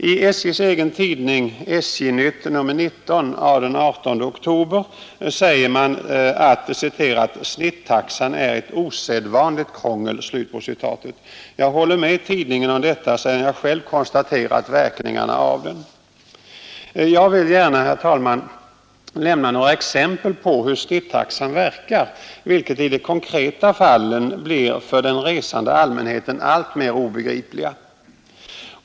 I SJ:s egen tidning, SJ-nytt, nr 19 av den 18 oktober säger man att ”snittaxan är ett osedvanligt krångel”. Jag håller med tidningen om detta, sedan jag själv konstaterat verkningarna av den. Jag vill gärna, herr talman, lämna några exempel på hur snittaxan verkar, vilket i de konkreta fallen blir för den resande allmänheten alltmer obegripligt.